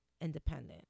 independent